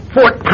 Fort